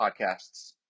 podcasts